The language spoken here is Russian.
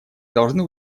должны